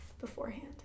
beforehand